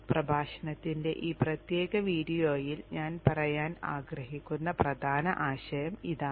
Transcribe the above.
പ്രഭാഷണത്തിന്റെ ഈ പ്രത്യേക വീഡിയോയിൽ ഞാൻ പറയാൻ ആഗ്രഹിക്കുന്ന പ്രധാന ആശയം ഇതാണ്